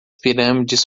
pirâmides